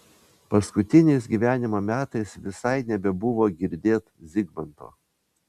paskutiniais gyvenimo metais visai nebebuvo girdėt zigmanto